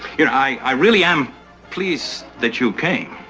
here, i really am pleased that you came.